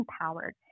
empowered